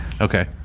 Okay